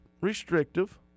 restrictive